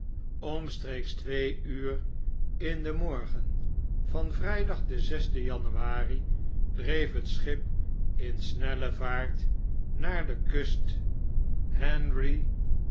omstreeks twee uur in den morgen van vrgdag den zesden januari dreef hetachipin snelle vaart naar de kust henri